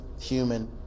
human